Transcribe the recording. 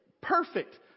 perfect